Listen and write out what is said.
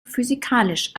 physikalisch